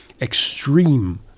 extreme